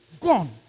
Gone